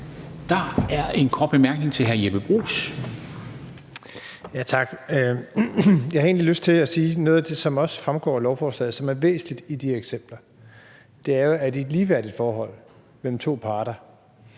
Der er en kort bemærkning fra hr. Jeppe Bruus. Kl. 13:13 Jeppe Bruus (S): Tak. Jeg har egentlig lyst til at sige noget af det, som også fremgår af lovforslaget, og som er væsentligt i de eksempler. Det er, at i et ligeværdigt forhold mellem to parter